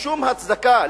ושום הצדקה,